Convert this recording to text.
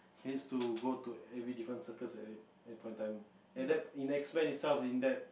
he has to go to every different circus at at point in time and in that in X-Men itself in that